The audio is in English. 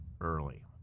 early